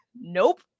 nope